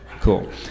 Cool